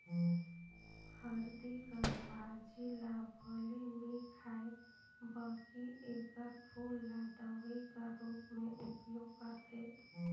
हरदी कर भाजी ल भले नी खांए बकि एकर फूल ल दवई कर रूप में उपयोग करथे